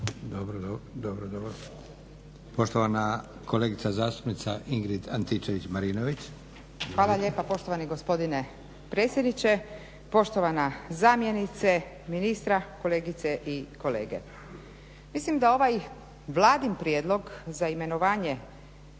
**Leko, Josip (SDP)** Poštovana kolegica zastupnica Ingrid Antičević-Marinović. **Antičević Marinović, Ingrid (SDP)** Hvala lijepa poštovani gospodine predsjedniče. Poštovana zamjenice ministra, kolegice i kolege. Mislim da ovaj vladin prijedlog za imenovanje